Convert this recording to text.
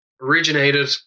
originated